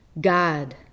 God